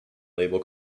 label